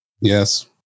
Yes